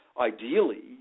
ideally